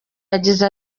yagize